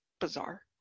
bizarre